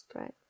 Right